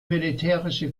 militärische